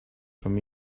from